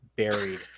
buried